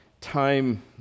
time